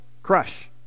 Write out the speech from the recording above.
Crush